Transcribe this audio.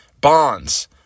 Bonds